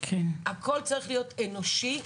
הכל צריך להיות אנושי,